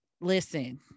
Listen